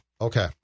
Okay